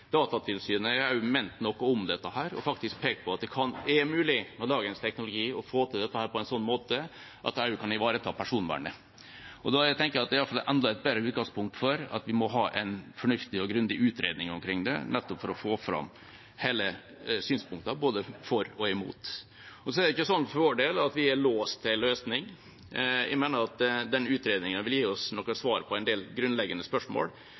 Datatilsynet har også ment noe om dette og faktisk pekt på at det med dagens teknologi er mulig å få til dette på en sånn måte at en også kan ivareta personvernet. Jeg tenker at det i alle fall er et enda bedre utgangspunkt for at vi må ha en fornuftig og grundig utredning omkring det, nettopp for å få fram alle synspunktene, både for og imot. For vår egen del er det ikke sånn at vi er låst til én løsning. Jeg mener at utredningen vil gi oss noen svar på en del grunnleggende spørsmål.